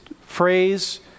phrase